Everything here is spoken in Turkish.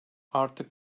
artık